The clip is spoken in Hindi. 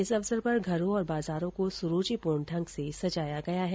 इस अवसर पर घरों और बाजारों को सुरूचिपूर्ण ढंग से सजाया गया है